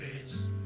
face